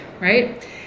right